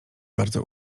bardzo